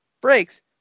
brakes